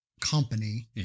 company